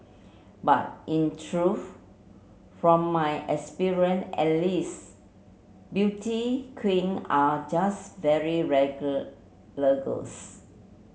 but in truth from my experience at least beauty queen are just very regular girls